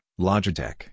Logitech